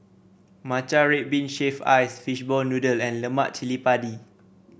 Matcha Red Bean Shaved Ice Fishball Noodle and Lemak Cili Padi